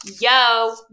yo